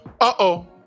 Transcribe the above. uh-oh